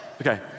Okay